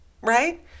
Right